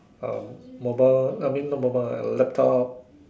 uh mobile I mean not mobile a laptop